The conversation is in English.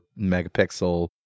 megapixel